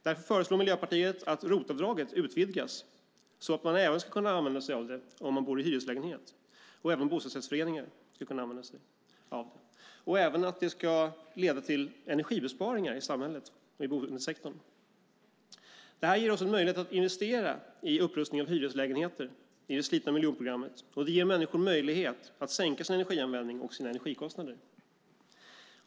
Därför föreslår Miljöpartiet att ROT-avdraget utvidgas så att man även ska kunna använda sig av det om man bor i hyreslägenheter och att även bostadsrättsföreningar ska kunna använda sig av det. Det ska också kunna leda till energibesparingar i samhället och i boendesektorn. Det ger oss möjlighet att investera i upprustning av hyreslägenheter i det slitna miljonprogrammet, och det ger människor möjlighet att sänka sin energianvändning och sina energikostnader.